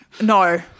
No